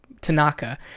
tanaka